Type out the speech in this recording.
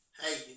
Hey